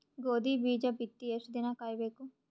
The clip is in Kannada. ಗೋಧಿ ಬೀಜ ಬಿತ್ತಿ ಎಷ್ಟು ದಿನ ಕಾಯಿಬೇಕು?